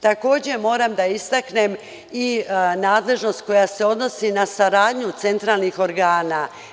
Takođe, moram da istaknem i nadležnost koja se odnosi na saradnju centralnih organa.